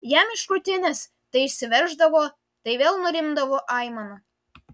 jam iš krūtinės tai išsiverždavo tai vėl nurimdavo aimana